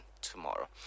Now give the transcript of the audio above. tomorrow